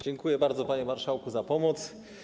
Dziękuję bardzo, panie marszałku, za pomoc.